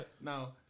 Now